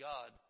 God